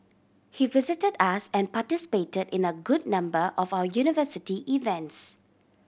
he visited us and participated in a good number of our university events